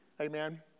Amen